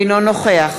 אינו נוכח